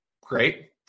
great